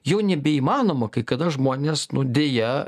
jau nebeįmanoma kai kada žmonės nu deja